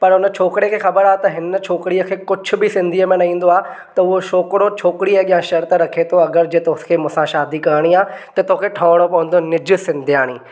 पर हुन छोकिरे खे ख़बरु आहे त हिन छोकिरीअ खे कुझु बि सिंधी में न ईंदो आहे त उहो छोकिरो छोकिरीअ जे अॻियां शर्त रखे थो अगरि जे तोखे मूंसां शादी करिणी आहे त तोखे ठहणो पवंदो निजु सिंध्याणी